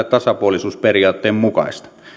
tasapuolisuusperiaatteen mukaista